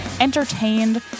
entertained